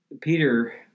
Peter